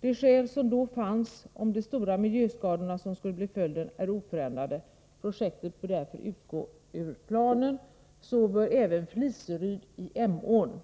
De skäl som då fanns, nämligen de stora miljöskador som skulle bli följden, är oförändrade. Projektet bör utgå ur planen. Så bör även Fliseryd i Emån.